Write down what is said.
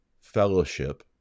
fellowship